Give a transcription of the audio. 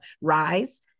rise